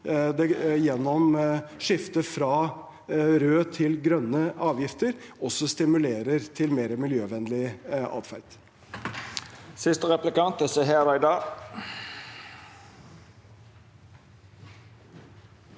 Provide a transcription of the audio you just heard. gjennom et skifte fra røde til grønne avgifter stimulerer til mer miljøvennlig atferd.